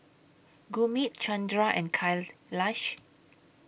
Gurmeet Chandra and Kailash